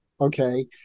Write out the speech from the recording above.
Okay